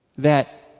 that